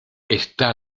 está